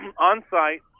on-site